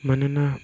मानोना